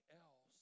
else